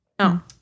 No